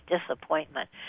disappointment